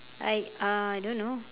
I uh I don't know